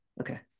Okay